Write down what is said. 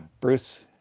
Bruce